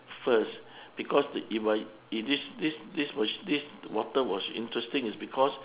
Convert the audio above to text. first because if I if this this this was this water was interesting is because